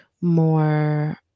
more